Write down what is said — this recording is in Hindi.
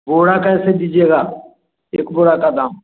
बोरा कैसे दीजिएगा एक बोरा का दाम